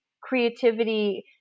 creativity